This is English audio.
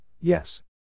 yes